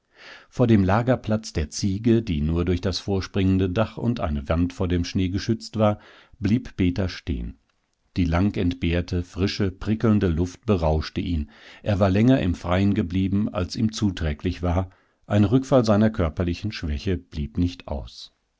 vor dem lagerplatz der ziege die nur durch das vorspringende dach und eine wand vor dem schnee geschützt war blieb peter stehen die langentbehrte frische prickelnde luft berauschte ihn er war länger im freien geblieben als ihm zuträglich war ein rückfall seiner körperlichen schwäche blieb nicht aus